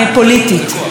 לא ידענו,